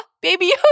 Baby